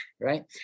Right